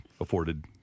afforded